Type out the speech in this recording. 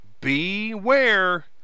beware